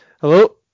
Hello